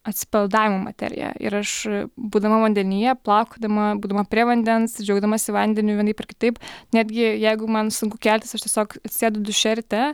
atsipalaidavimo materija ir aš būdama vandenyje plaukiodama būdama prie vandens džiaugdamasi vandeniu vienaip ar kitaip netgi jeigu man sunku keltis aš tiesiog sėdu duše ryte